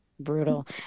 brutal